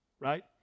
Right